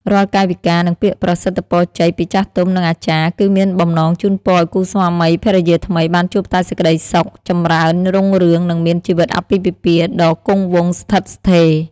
រាល់កាយវិការ និងពាក្យប្រសិទ្ធិពរជ័យពីចាស់ទុំ និងអាចារ្យ គឺមានបំណងជូនពរឱ្យគូស្វាមីភរិយាថ្មីបានជួបតែសេចក្តីសុខ ចម្រើនរុងរឿង និងមានជីវិតអាពាហ៍ពិពាហ៍ដ៏គង់វង្សស្ថិតស្ថេរ ។